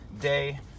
day